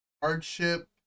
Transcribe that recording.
hardship